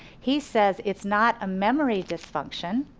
he says its not a memory dysfunction,